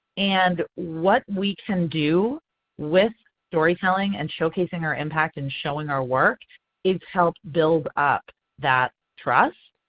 and what we can do with storytelling, and showcasing our impact, and showing our work is help build up that trust.